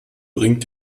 bringt